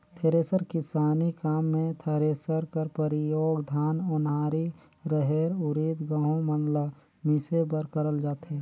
thresher किसानी काम मे थरेसर कर परियोग धान, ओन्हारी, रहेर, उरिद, गहूँ मन ल मिसे बर करल जाथे